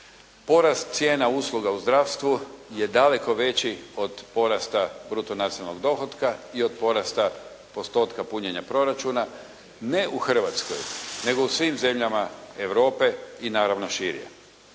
Porast cijena usluga u zdravstvu je daleko veći od porasta bruto nacionalnog dohotka i od porasta postotka punjenja proračuna, ne u Hrvatskoj nego u svim zemljama Europe i naravno šire.